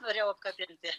norėjau apkabinti